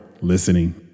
listening